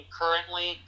currently